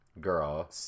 Girl